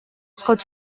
scott